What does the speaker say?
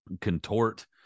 contort